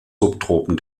subtropen